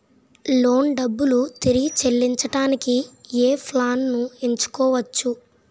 Loan డబ్బులు తిరిగి చెల్లించటానికి ఏ ప్లాన్ నేను ఎంచుకోవచ్చు?